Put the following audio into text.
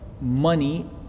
money